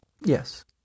Yes